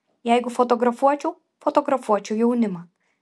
jeigu fotografuočiau fotografuočiau jaunimą